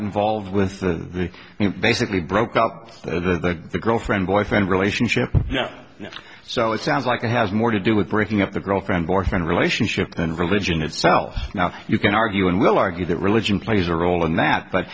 involved with you basically broke up the girlfriend boyfriend relationship yeah so it sounds like it has more to do with breaking up the girlfriend boyfriend relationship and religion itself now you can argue and will argue that religion plays a role in that but